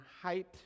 height